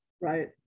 Right